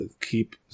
keep